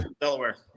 Delaware